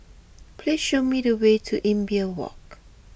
please show me the way to Imbiah Walk